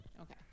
Okay